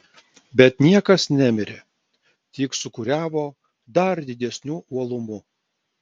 bet niekas nemirė tik sūkuriavo dar didesniu uolumu